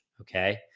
okay